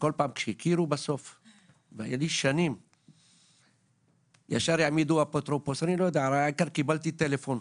ישר העמידו אפוטרופוס, קיבלתי טלפון: